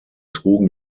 trugen